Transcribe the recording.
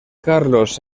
carlos